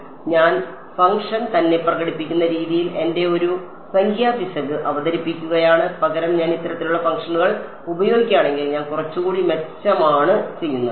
അതിനാൽ ഞാൻ ഫംഗ്ഷൻ തന്നെ പ്രകടിപ്പിക്കുന്ന രീതിയിൽ എന്റെ ഒരു സംഖ്യാ പിശക് അവതരിപ്പിക്കുകയാണ് പകരം ഞാൻ ഇത്തരത്തിലുള്ള ഫംഗ്ഷനുകൾ ഉപയോഗിക്കുകയാണെങ്കിൽ ഞാൻ കുറച്ചുകൂടി മെച്ചമാണ് ചെയ്യുന്നത്